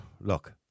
Look